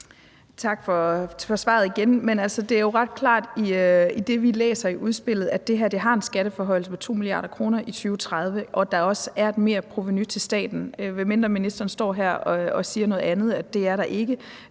Tak for svaret. Sådan som vi læser udspillet, er det jo ret klart, at det her fører til en skatteforhøjelse på 2 mia. kr. i 2030, og at der også er et merprovenu til staten, medmindre ministeren står her og siger noget andet, altså at der ikke